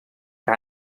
que